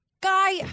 Guy